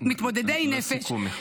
מתמודדי נפש -- לסיכום, מיכל.